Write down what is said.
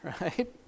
right